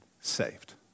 saved